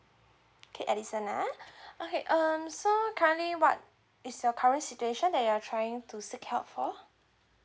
okay edison ah okay um so currently what is your current situation that you are trying to seek help for